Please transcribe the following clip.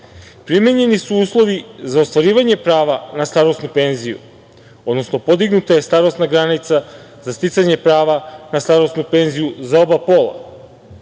primenjeni su uslovi za ostvarivanje prava na starosnu penziju, odnosno podignuta je starosna granica za sticanje prava na starosnu penziju za oba pola